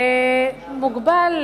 ומוגבל,